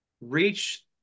reach